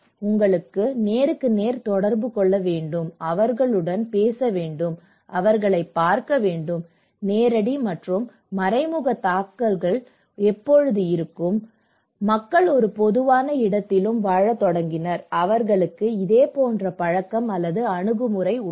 உங்களுக்கு நேருக்கு நேர் தொடர்பு கொள்ள வேண்டும் அவர்களுடன் பேச வேண்டும் அவர்களைப் பார்க்க வேண்டும் நேரடி மற்றும் மறைமுக தாக்கங்கள் எப்போதும் இருக்கும் மக்கள் ஒரு பொதுவான இடத்திலும் வாழத் தொடங்கினர் அவர்களுக்கு இதேபோன்ற பழக்கம் அல்லது அணுகுமுறை உள்ளது